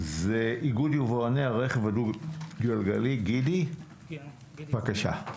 איגוד יבואני הרכב הדו גלגלי, בבקשה.